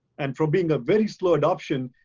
and for being a very slow adoption,